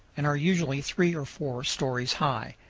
and are usually three or four stories high.